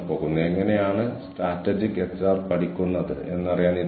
ഒരുപക്ഷേ ആരെങ്കിലും അത് തിരിച്ചറിയും